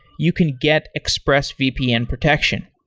you can get expressvpn protection.